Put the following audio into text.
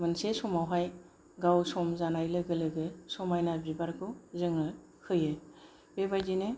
मोनसे समावहाय गाव सम जानाय लोगो लोगो समायना बिबारखौ जोङो होयो बेबायदिनो